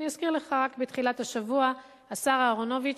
אני אזכיר לך: רק בתחילת השבוע השר אהרונוביץ